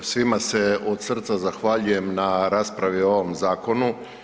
Svima se od srca zahvaljujem na raspravi o ovom zakonu.